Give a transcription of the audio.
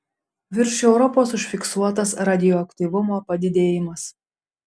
virš europos užfiksuotas radioaktyvumo padidėjimas